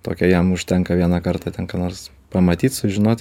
tokią jam užtenka vieną kartą ten ką nors pamatyt sužinot